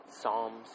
Psalms